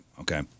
Okay